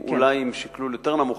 אולי עם שקלול יותר נמוך,